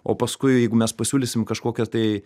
o paskui jeigu mes pasiūlysim kažkokią tai